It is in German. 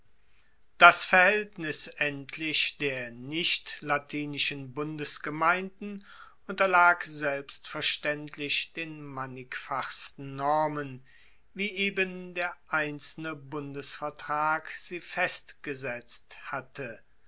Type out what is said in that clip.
das verhaeltnis endlich der nichtlatinischen bundesgemeinden unterlag selbstverstaendlich den mannigfachsten normen wie eben der einzelne bundesvertrag sie festgesetzt hatte